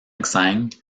xang